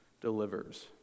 delivers